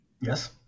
Yes